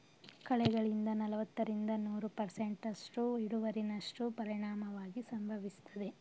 ಕಳೆಗಳಿಂದ ನಲವತ್ತರಿಂದ ನೂರು ಪರ್ಸೆಂಟ್ನಸ್ಟು ಇಳುವರಿನಷ್ಟ ಪರಿಣಾಮವಾಗಿ ಸಂಭವಿಸ್ತದೆ